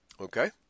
Okay